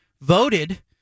voted